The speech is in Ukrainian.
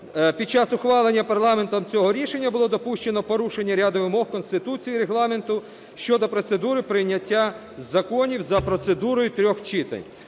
під час ухвалення парламентом цього рішення було допущено порушення ряду вимог Конституції, Регламенту щодо процедури прийняття законів за процедурою трьох читань.